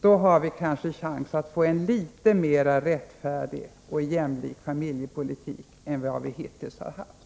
Då har vi kanske chans att få en litet mera rättfärdig och jämlik familjepolitik än vi hittills har haft.